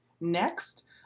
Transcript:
Next